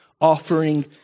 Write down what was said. offering